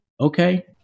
okay